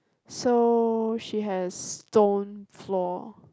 so she has stone floor